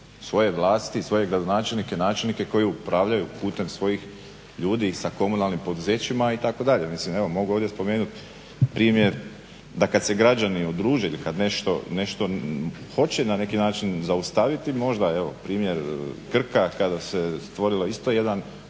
svoje vlasti, svoje gradonačelnike, načelnike koji upravljaju putem svojih ljudi i sa komunalnim poduzećima itd. Mislim, evo mogu ovdje spomenut primjer, da kad se građani udruže ili kad nešto hoće na neki način zaustaviti, možda evo primjer Krka, kada se stvorio isto jedan